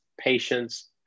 patients